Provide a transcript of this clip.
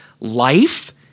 life